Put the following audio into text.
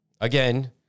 again